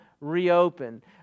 reopen